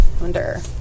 wonder